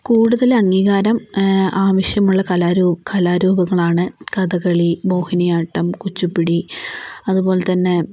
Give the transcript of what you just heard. കൂടുതൽ അംഗീകാരം ആവശ്യമുള്ള കലാരു കലാരൂപങ്ങളാണ് കഥകളി മോഹിനിയാട്ടം കുച്ചുപ്പിടി അതു പോലെ തന്നെ